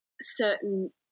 Certain